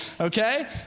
okay